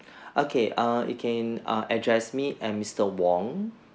okay err you can err address me um mister wong